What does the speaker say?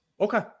Okay